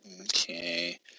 okay